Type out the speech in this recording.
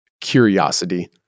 Curiosity